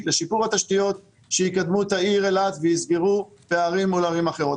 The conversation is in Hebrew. לשיפור התשתיות שיקדמו את העיר אילת ויסגרו פערים מול ערים אחרות.